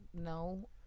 no